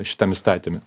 šitam įstatyme